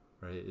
right